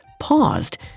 paused